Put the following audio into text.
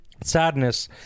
sadness